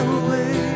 away